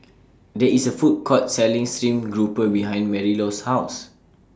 There IS A Food Court Selling Stream Grouper behind Marilou's House